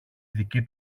δική